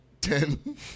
ten